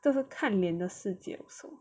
这是个看脸的世界